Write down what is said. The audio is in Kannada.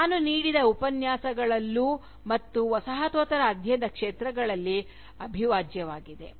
ನಾನು ನೀಡಿದ ಈ ಉಪನ್ಯಾಸಗಳಲ್ಲೂ ಮತ್ತು ವಸಾಹತೋತ್ತರ ಅಧ್ಯಯನ ಕ್ಷೇತ್ರದಲ್ಲಿ ಅವಿಭಾಜ್ಯವಾಗಿದೆ